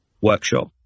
workshop